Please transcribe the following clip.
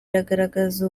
bigaragaza